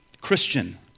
Christian